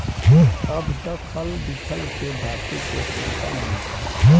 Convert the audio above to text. अब त खल बिखल के धातु के सिक्का मिलता